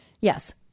Yes